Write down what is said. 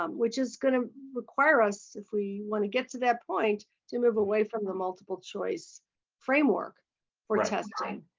um which is going to require us if we want to get to that point to move away from the multiple choice framework for testing.